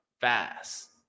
fast